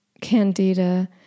candida